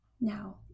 Now